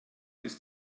ist